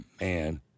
man